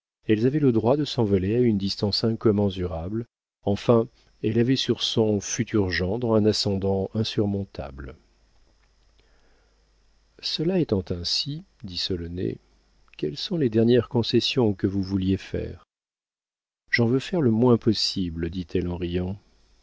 elles avaient le droit de s'envoler à une distance incommensurable enfin elle avait sur son futur gendre un ascendant insurmontable cela étant ainsi dit solonet quelles sont les dernières concessions que vous vouliez faire j'en veux faire le moins possible dit-elle en riant